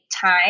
time